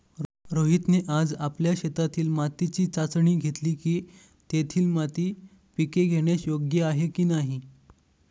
रोहितने आज आपल्या शेतातील मातीची चाचणी घेतली की, तेथील माती पिके घेण्यास योग्य आहे की नाही